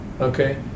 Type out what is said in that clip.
Okay